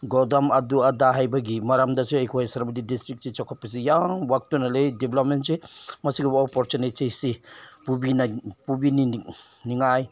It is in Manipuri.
ꯒꯣꯗꯥꯎꯟ ꯑꯗꯨ ꯑꯗꯥ ꯍꯥꯏꯕꯒꯤ ꯃꯔꯝꯗꯁꯨ ꯑꯩꯈꯣꯏ ꯁꯦꯅꯥꯄꯇꯤ ꯗꯤꯁꯇ꯭ꯔꯤꯛꯁꯤ ꯆꯥꯎꯈꯠꯄꯁꯤ ꯌꯥꯝ ꯋꯥꯠꯇꯨꯅ ꯂꯩ ꯗꯦꯕꯂꯞꯃꯦꯟꯁꯤ ꯃꯁꯤꯒꯤ ꯋꯥꯛ ꯑꯣꯄꯣꯔꯆꯨꯅꯤꯇꯤꯁꯤ ꯄꯨꯕꯤꯅꯤ ꯅꯤꯡꯉꯥꯏ